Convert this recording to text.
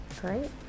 great